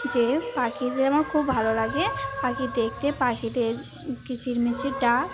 যে পাখিদের আমার খুব ভালো লাগে পাখি দেখতে পাখিদের কিচিরমিচির ডাক